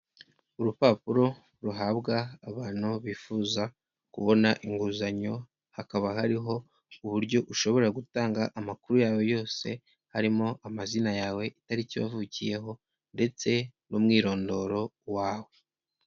Urupapuro ruhabwa abantu bifuza kubona inguzanyo hakaba hariho uburyo ushobora gutanga amakuru yawe yose harimo amazina yawe, itariki wavukiyeho, ndetse n'umwirondoro wawe.